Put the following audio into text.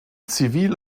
zivil